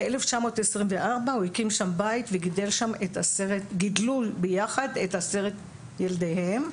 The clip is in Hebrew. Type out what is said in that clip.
ב-1924 הוא הקים שם בית וגידלו שם ביחד את עשרת ילדיהם.